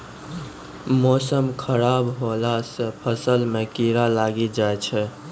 मौसम खराब हौला से फ़सल मे कीड़ा लागी जाय छै?